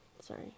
Sorry